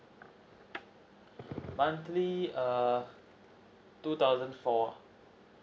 monthly err two thousand four